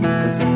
cause